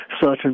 certain